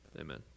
Amen